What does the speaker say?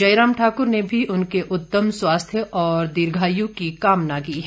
जयराम ठाकुर ने भी उनके उत्तम स्वास्थ्य और दीर्घआयु की कामना की है